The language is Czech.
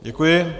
Děkuji.